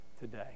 today